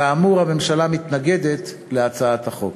כאמור, הממשלה מתנגדת להצעות החוק.